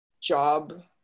job